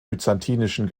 byzantinischen